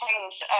change